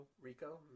Rico